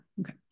Okay